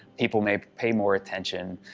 people may pay more attention.